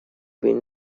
been